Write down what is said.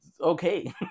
okay